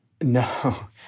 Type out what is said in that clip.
No